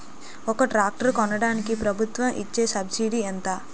ఒక ట్రాక్టర్ కొనడానికి ప్రభుత్వం ఇచే సబ్సిడీ ఎంత?